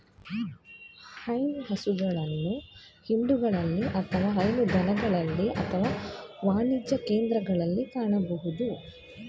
ಹೈನು ಹಸುಗಳನ್ನು ಹಿಂಡುಗಳಲ್ಲಿ ಅಥವಾ ಹೈನುದಾಣಗಳಲ್ಲಿ ಅಥವಾ ವಾಣಿಜ್ಯ ಸಾಕಣೆಕೇಂದ್ರಗಳಲ್ಲಿ ಕಾಣಬೋದು